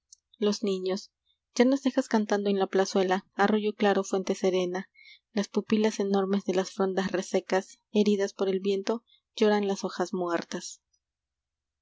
los niños ya nos dejas cantando en la plazuela arroyo claro fuente serena las pupilas enormes de las frondas resecas heridas por el viento lloran las hojas muertas